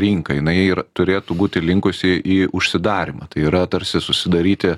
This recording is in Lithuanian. rinka jinai ir turėtų būti linkusi į užsidarymą tai yra tarsi susidaryti